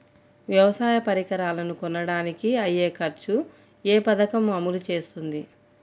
వ్యవసాయ పరికరాలను కొనడానికి అయ్యే ఖర్చు ఏ పదకము అమలు చేస్తుంది?